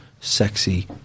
sexy